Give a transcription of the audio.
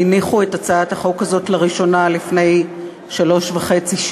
שהניחו את הצעת החוק הזאת לראשונה לפני שלוש שנים וחצי.